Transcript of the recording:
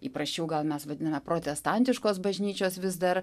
įprasčiau gal mes vadiname protestantiškos bažnyčios vis dar